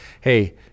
Hey